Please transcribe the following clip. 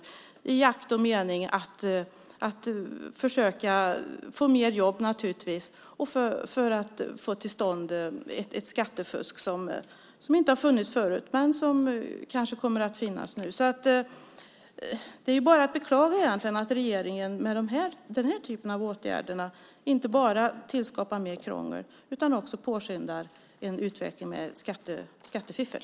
Detta var i akt och mening att försöka få mer jobb och för att få till stånd ett skattefusk som inte har funnits förut men som kanske kommer att finnas nu. Det är bara att beklaga att regeringen med denna typ av åtgärder inte bara skapar mer krångel utan också påskyndar en utveckling med skattefiffel.